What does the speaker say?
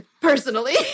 personally